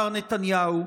מר נתניהו,